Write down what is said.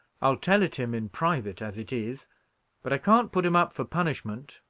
i'll tell it him in private, as it is but i can't put him up for punishment,